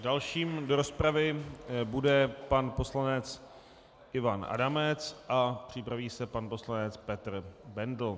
Dalším do rozpravy bude pan poslanec Ivan Adamec a připraví se pan poslanec Petr Bendl.